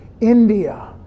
India